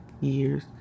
years